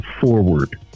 forward